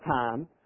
time